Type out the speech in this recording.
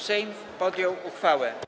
Sejm podjął uchwałę